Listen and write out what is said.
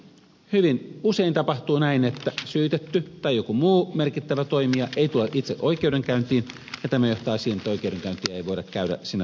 hyvin usein tapahtuu näin että syytetty tai joku muu merkittävä toimija ei tule itse oikeudenkäyntiin ja tämä johtaa siihen että oikeudenkäyntiä ei voida käydä sinä päivänä lainkaan